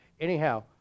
Anyhow